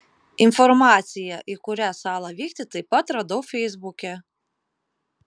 informaciją į kurią salą vykti taip pat radau feisbuke